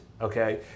Okay